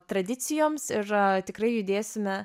tradicijoms ir tikrai judėsime